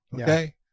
Okay